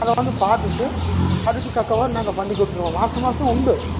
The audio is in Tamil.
உங்களை வந்து பார்த்துட்டு அதுக்கு தக்கவாறு நாங்கள் பண்ணிக் கொடுத்துருவோம் மாதம் மாதம் உண்டு